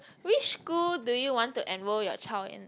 which school do you want to enrol your child in